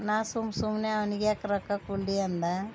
ನಾ ಸುಮ್ಮ ಸುಮ್ಮನೆ ಅವ್ನಿಗ್ಯಾಕೆ ರೊಕ್ಕ ಕೊಡಲಿ ಅಂದು